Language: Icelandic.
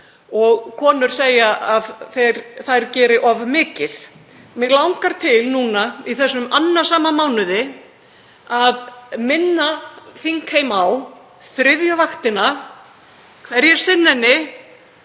og konur segja að þær geri of mikið. Mig langar núna í þessum annasama mánuði til að minna þingheim á þriðju vaktina, hverjir sinna